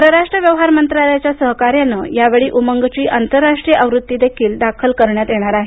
परराष्ट्र व्यवहार मंत्रालयाच्या सहकार्यानं या वेळी उमंगची आंतरराष्ट्रीय आवृत्ती या वेळी दाखल करण्यात येणार आहे